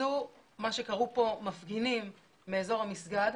יצאו מה שקראו פה "מפגינים" מאזור המסגד,